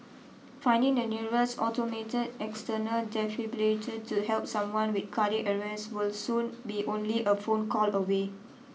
finding the nearest automate external defibrillator to help someone with cardiac arrest will soon be only a phone call away